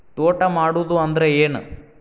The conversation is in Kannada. ತೋಟ ಮಾಡುದು ಅಂದ್ರ ಏನ್?